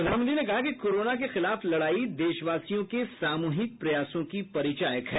प्रधानमंत्री ने कहा कि कोरोना के खिलाफ लडाई देशवासियों के सामूहिक प्रयासों की परिचायक है